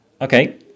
Okay